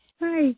Hi